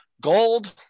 Gold